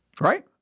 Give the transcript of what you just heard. Right